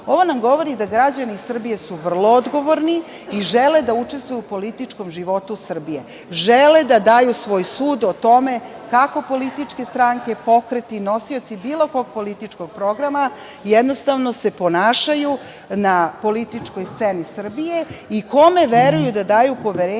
Ovo nam govori da su građani Srbije vrlo odgovorni i žele da učestvuju u političkom životu Srbije, žele da daju svoj sud o tome kako političke stranke, pokreti, nosioci bilo kog političkog programa jednostavno se ponašaju na političkoj sceni Srbije i kome veruju da daju poverenje